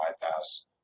bypass